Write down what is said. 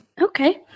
Okay